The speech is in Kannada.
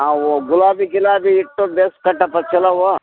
ಅವು ಗುಲಾಬಿ ಗಿಲಾಬಿ ಇಟ್ಟು ಭೇಷ್ ಕಟ್ಟಪ್ಪ ಚೊಲೋವು